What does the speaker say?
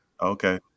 Okay